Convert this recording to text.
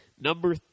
Number